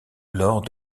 lors